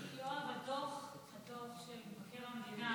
יואב, הדוח של מבקר המדינה